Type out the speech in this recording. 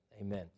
amen